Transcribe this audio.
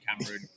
Cameroon